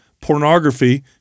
pornography